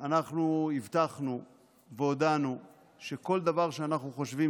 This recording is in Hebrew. אנחנו הבטחנו והודענו שכל דבר שאנחנו חושבים